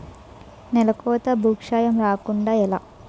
నేలకోత భూక్షయం రాకుండ ఎలా?